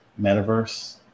metaverse